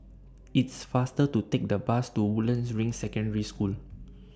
It's faster to Take The Bus to Woodlands Ring Secondary School